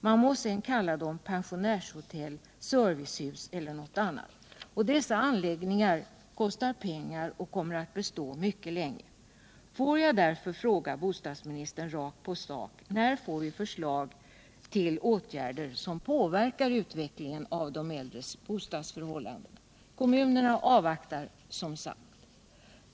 Man må kalla dem pensionärshotell, servicehus eller någonting annat, men dessa anläggningar kostar pengar och kommer att bestå mycket länge. Får jag därför fråga bostadsministern rakt på sak: När får vi förslag till åtgärder som påverkar utvecklingen när det gäller de äldres boendeförhållanden? Kommunerna avvaktar som sagt.